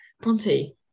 Bronte